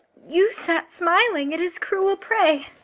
you sat smiling at his cruel prey.